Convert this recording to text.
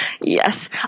Yes